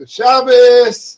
Shabbos